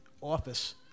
office